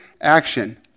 action